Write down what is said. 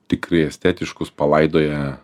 tikrai estetiškus palaidoję